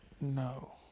No